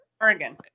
Oregon